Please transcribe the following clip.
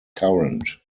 current